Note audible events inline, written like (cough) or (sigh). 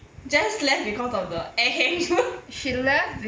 just left because of the ahem (laughs)